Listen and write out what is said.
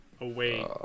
Away